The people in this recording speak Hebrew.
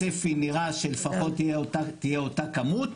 הצפי נראה שלפחות תהיה אותה כמות.